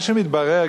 מה שמתברר,